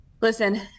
listen